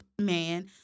man